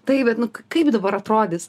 taip bet nu kaip dabar atrodys